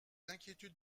inquiétudes